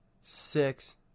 six